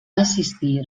assistir